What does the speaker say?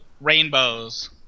rainbows